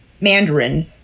Mandarin